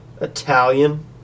Italian